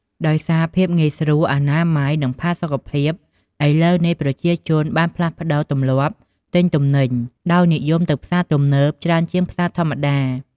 ដោយសារភាពងាយស្រួល អនាម័យ និងផាសុកភាព ឥឡូវនេះប្រជាជនបានផ្លាស់ប្តូរទម្លាប់ទិញទំនិញ ដោយនិយមទៅផ្សារទំនើបច្រើនជាងផ្សារធម្មតា។